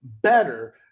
better